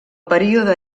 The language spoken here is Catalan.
període